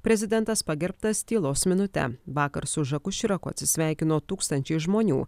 prezidentas pagerbtas tylos minute vakar su žaku širaku atsisveikino tūkstančiai žmonių